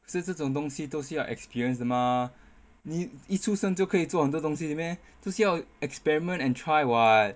是这种东西都是要 experience 的 mah 你一出生就可以做很多东西的 meh 这是要 experiment and try [what]